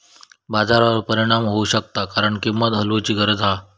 बाजारावर परिणाम होऊ शकता कारण किंमत हलवूची गरज हा